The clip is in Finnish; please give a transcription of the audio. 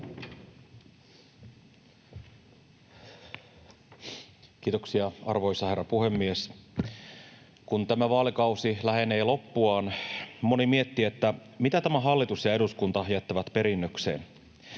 Kiitoksia, arvoisa herra puhemies! Kun tämä vaalikausi lähenee loppuaan, moni miettii, mitä tämä hallitus ja eduskunta jättävät perinnökseen.